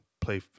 play